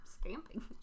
Scamping